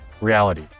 reality